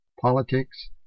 politics